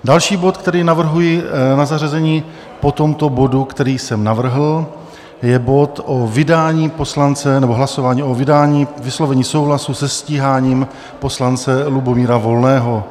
Další bod, který navrhuji na zařazení po tomto bodu, který jsem navrhl, je bod o vydání poslance, nebo hlasování o vydání, vyslovení souhlasu se stíháním poslance Lubomíra Volného.